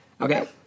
Okay